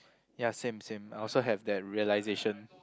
ya same same I also have that realisation